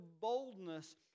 boldness